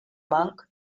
monk